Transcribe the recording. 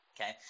okay